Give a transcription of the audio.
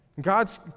God's